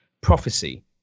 prophecy